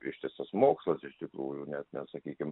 ištisas mokslas iš tikrųjų net nesakykim